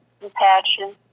Compassion